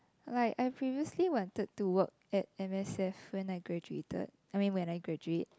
like I previously wanted to work at m_s_f when I graduated I mean when I graduate